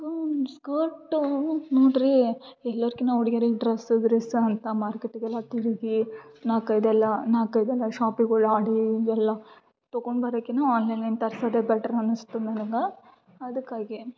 skirt ನೋಡ್ರೀ ಎಲ್ಲರ್ಕಿನ್ನ ಹುಡ್ಗೀರಿಗ್ ಡ್ರಸ್ ಗ್ರಿಸ್ ಅಂತ ಮಾರ್ಕೆಟಿಗೆ ಎಲ್ಲ ತಿರುಗಿ ನಾಲ್ಕು ಐದು ಎಲ್ಲ ನಾಲ್ಕು ಐದೆಲ್ಲ ಶಾಪ್ಗಳ್ ಆಡಿ ಎಲ್ಲ ತಗೋಂಬರೋಕಿನ್ನ ಆನ್ಲೈನ್ಯಿಂದ ತರ್ಸೋದೆ ಬೆಟರ್ ಅನ್ನಿಸ್ತು ನನಗೆ ಅದಕ್ಕಾಗಿ